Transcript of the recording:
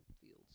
fields